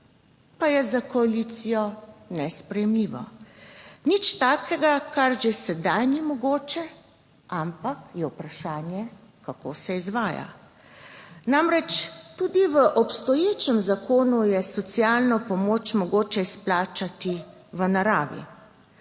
pa je za koalicijo nesprejemljivo. Nič takega, kar že sedaj ni mogoče, ampak je vprašanje, kako se izvaja. Namreč, tudi v obstoječem zakonu je socialno pomoč mogoče izplačati v naravi,